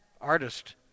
artist—